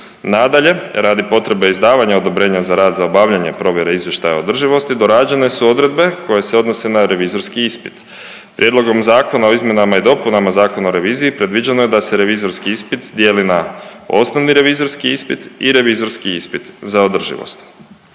Nadalje, radi potrebe izdavanja odobrenja za rad za obavljanje provjere izvještaja o održivosti, dorađene su odredbe koje se odnose na revizorski ispit. Prijedlogom zakona o izmjenama i dopunama Zakona o reviziji predviđeno je da se revizorski ispit dijeli na osnovni revizorski ispit i revizorski ispit za održivost.